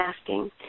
asking